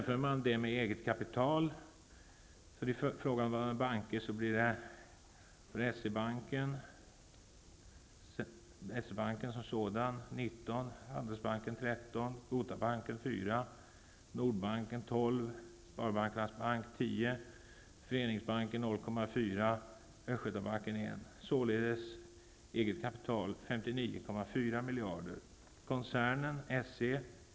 För hög marginal mellan inlånings och utlåningsräntan, dvs. ränteförlust på 2--3 %.